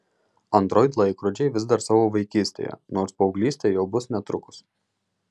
android laikrodžiai vis dar savo vaikystėje nors paauglystė jau bus netrukus